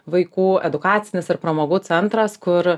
vaikų edukacinis ir pramogų centras kur